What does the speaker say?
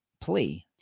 plea